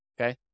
Okay